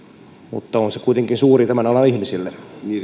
mutta on se kuitenkin suuri tämän alan ihmisille